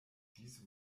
dies